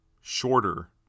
shorter